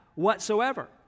whatsoever